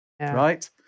right